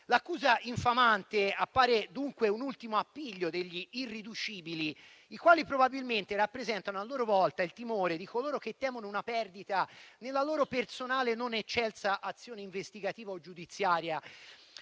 L'accusa infamante appare dunque un ultimo appiglio degli irriducibili, i quali probabilmente rappresentano a loro volta il timore di coloro che temono una perdita nella loro personale non eccelsa azione investigativa o giudiziaria